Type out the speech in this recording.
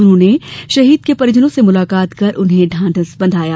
उन्होंने शहीद के परिजनों से मुलाकात कर उन्हें ढांढस बंधाया